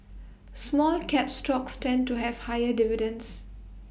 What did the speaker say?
small cap stocks tend to have higher dividends